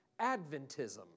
Adventism